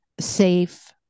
safe